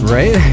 Right